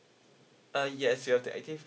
uh yes you have to active